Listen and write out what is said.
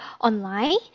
online